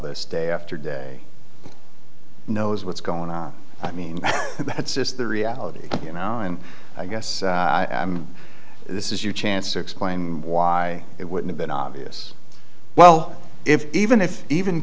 this day after day knows what's going on i mean that's just the reality you know and i guess this is your chance to explain why it wouldn't be an obvious well if even if even